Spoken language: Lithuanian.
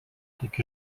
tik